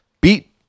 beat